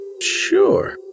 Sure